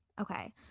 Okay